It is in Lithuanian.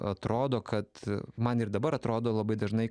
atrodo kad man ir dabar atrodo labai dažnai